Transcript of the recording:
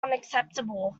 unacceptable